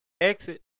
exit